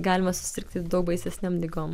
galima susirgti daug baisesnėm ligom